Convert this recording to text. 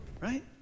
right